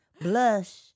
Blush